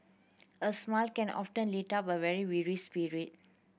a smile can often lift up a weary spirit